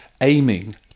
aiming